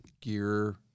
gear